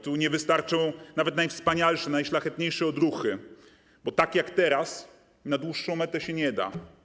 Tu nie wystarczą nawet najwspanialsze, najszlachetniejsze odruchy, bo tak jak teraz na dłuższą metę się nie da.